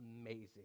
amazing